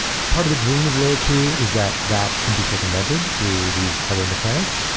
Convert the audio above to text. part of the dream of layer two is that that can be circumvented through these other mechanics,